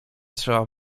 trzeba